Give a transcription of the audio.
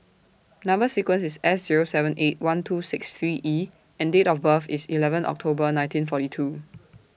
Number sequence IS S Zero seven eight one two six three E and Date of birth IS eleven October nineteen forty two